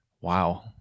Wow